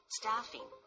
staffing